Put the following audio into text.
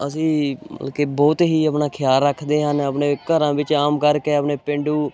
ਅਸੀਂ ਮਤਲਬ ਕਿ ਬਹੁਤ ਹੀ ਆਪਣਾ ਖਿਆਲ ਰੱਖਦੇ ਹਾਂ ਆਪਣੇ ਘਰਾਂ ਵਿੱਚ ਆਮ ਕਰਕੇ ਆਪਣੇ ਪੇਂਡੂ